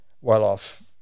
well-off